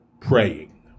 praying